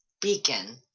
beacon